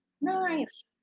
Nice